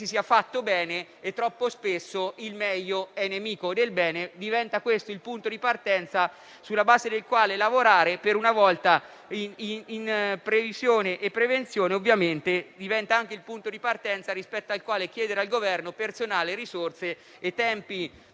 sia fatto bene e troppo spesso il meglio è nemico del bene. Diventa questo il punto di partenza sulla base del quale lavorare, per una volta in previsione e prevenzione e ovviamente diventa anche il punto di partenza rispetto al quale chiedere al Governo personale, risorse e tempi